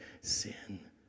sin